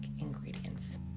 ingredients